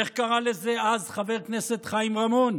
איך קרא לזה אז חבר הכנסת חיים רמון?